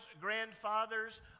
grandfathers